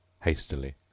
hastily